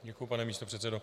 Děkuji, pane místopředsedo.